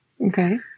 okay